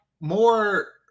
more